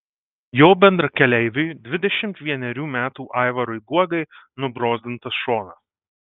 jo bendrakeleiviui dvidešimt vienerių metų aivarui guogai nubrozdintas šonas